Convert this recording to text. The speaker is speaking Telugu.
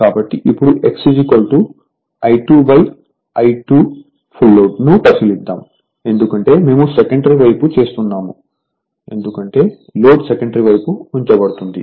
కాబట్టి ఇప్పుడు x I2I2fl ను పరిశీలిద్దాం ఎందుకంటే మేము సెకండరీ వైపు చేస్తున్నాము ఎందుకంటే లోడ్ సెకండరీ వైపు ఉంచబడుతుంది